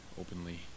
openly